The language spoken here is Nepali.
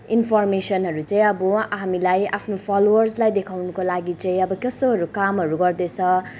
इन्फर्मेसनहरू चाहिँ अब हामीलाई आफ्नो फलोवर्सहरूलाई देखाउनुको लागि चाहिँ अब कस्तोहरू कामहरू गर्दैछ